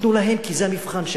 תיתנו להם, כי זה המבחן שלנו.